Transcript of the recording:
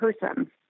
person